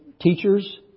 teachers